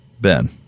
Ben